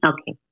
Okay